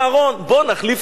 בוא נחליף את העם.